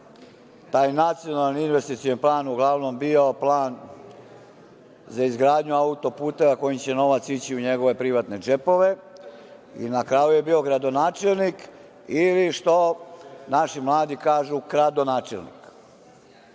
Taj nacionalni investicioni plan je uglavnom bio plan za izgradnju auto-puta kojim će novac ići u njegove privatne džepove i na kraju je bio gradonačelnik, ili što naši mladi kažu kradonačelnik,